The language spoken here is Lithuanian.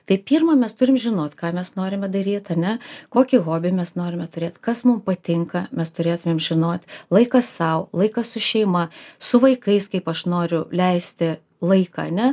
tai pirma mes turim žinot ką mes norime daryt ane kokį hobį mes norime turėt kas mums patinka mes turėtumėm žinot laiką sau laiką su šeima su vaikais kaip aš noriu leisti laiką ane